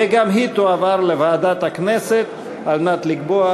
וגם היא תועבר לוועדת הכנסת על מנת לקבוע